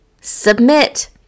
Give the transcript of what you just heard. submit